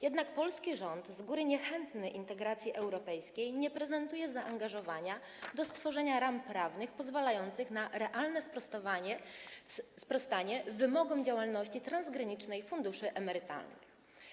Jednak polski rząd, z góry niechętny integracji europejskiej, nie prezentuje zaangażowania w stworzenie ram prawnych pozwalających na realne sprostanie wymogom działalności transgranicznej funduszy emerytalnych.